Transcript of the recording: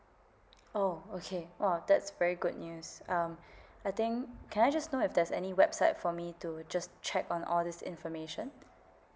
oh okay !wow! that's a very good news um I think can I just know if there's any website for me to just check on all this information